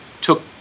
took